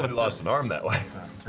and lost an arm that way.